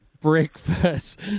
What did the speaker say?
breakfast